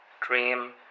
dream